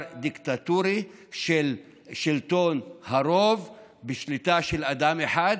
דיקטטורי של שלטון הרוב בשליטה של אדם אחד,